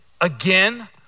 again